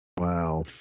Wow